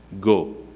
go